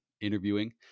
interviewing